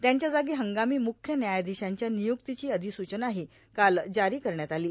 त्यांच्या जागी हंगामी मुख्य न्याधिशांच्या र्वनयुक्तीची अर्धधसूचनाही काल जारी करण्यात आलो